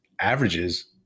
averages